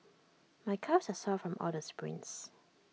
my calves are sore from all the sprints